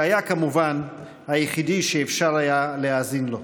שהיה, כמובן, היחידי שאפשר היה להאזין לו.